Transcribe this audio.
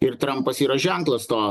ir trampas yra ženklas to